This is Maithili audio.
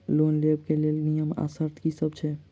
लोन लेबऽ कऽ लेल नियम आ शर्त की सब छई?